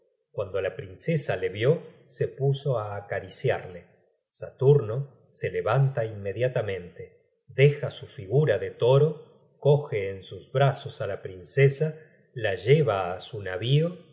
cuando la princesa le vió se puso á acariciarle saturno se levanta inmediatamente deja su figura de toro coge en sus brazos á la princesa la lleva á su